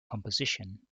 composition